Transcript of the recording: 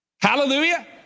Hallelujah